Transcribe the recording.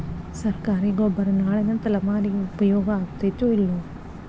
ಸರ್ಕಾರಿ ಗೊಬ್ಬರ ನಾಳಿನ ತಲೆಮಾರಿಗೆ ಉಪಯೋಗ ಆಗತೈತೋ, ಇಲ್ಲೋ?